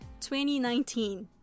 2019